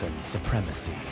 Supremacy